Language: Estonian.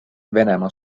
venemaa